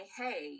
hey